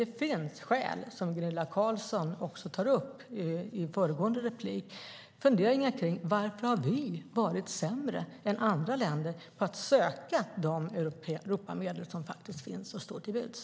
Det finns nämligen skäl, vilket Gunilla Carlsson tar upp i föregående inlägg, att fundera på varför vi har varit sämre än andra länder på att söka de Europamedel som faktiskt finns och står till buds.